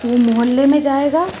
वो मोहल्ले में जाएगा